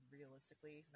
realistically